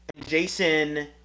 Jason